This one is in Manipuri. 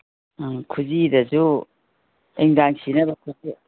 ꯎꯝ ꯈꯨꯖꯤꯗꯁꯨ ꯑꯌꯨꯛ ꯅꯨꯡꯗꯥꯡ ꯁꯤꯅꯕ ꯀꯣꯇꯦꯛ